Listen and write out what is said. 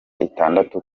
itandatu